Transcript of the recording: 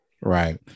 Right